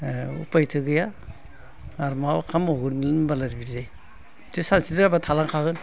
दा उफायथ' गैया आरो मा खालामबावगोन होमबालाय बिदि जायो सानस्रिनो रोङाबा थालांखागोन